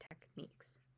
techniques